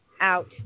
out